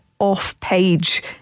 off-page